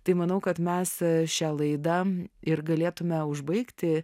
tai manau kad mes šią laidą ir galėtume užbaigti